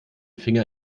finger